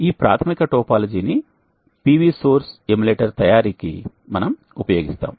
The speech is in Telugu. ఈ ప్రాథమిక టోపోలాజీ ని PV సోర్స్ ఎమ్యులేటర్ తయారీకి మనం ఉపయోగిస్తాము